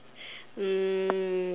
um